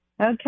okay